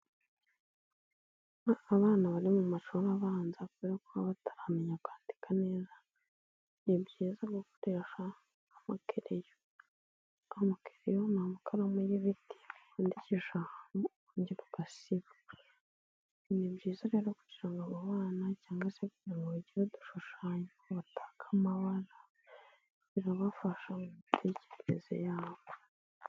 Abana bari mu mashuri abanza akwiye kuba bataramenya kwandika neza ni byiza gukoresha moteri ke ntakaramu y'ibiti wandikishabyi ugasiba ni byiza rero kugira ngo abo bana cyangwa se kugira kugira mu bagiredushushanya bata amabara birabafasha mu mitekerereze yawe.